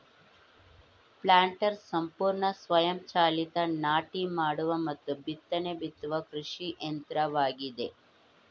planters ಸಂಪೂರ್ಣ ಸ್ವಯಂ ಚಾಲಿತ ನಾಟಿ ಮಾಡುವ ಮತ್ತು ಬಿತ್ತನೆ ಬಿತ್ತುವ ಕೃಷಿ ಯಂತ್ರವಾಗಿದೆ